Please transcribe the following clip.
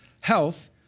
health